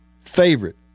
favorite